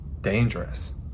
dangerous